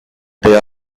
they